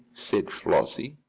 said flossie.